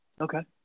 Okay